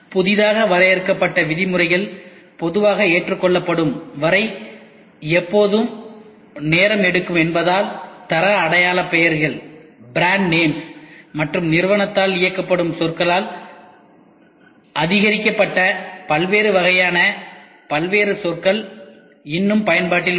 புதிதாக வரையறுக்கப்பட்ட விதிமுறைகள் பொதுவாக ஏற்றுக்கொள்ளப்படும் வரை எப்போதும் நேரம் எடுக்கும் என்பதால் தர அடையாள பெயர்கள் மற்றும் நிறுவனத்தால் இயக்கப்படும் சொற்களால் அதிகரிக்கப்பட்ட பல்வேறு வகையான பல்வேறு சொற்கள் இன்னும் பயன்பாட்டில் உள்ளன